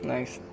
Nice